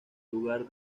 lugar